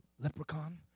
leprechaun